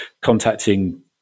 contacting